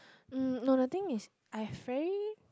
mm no the thing is I've already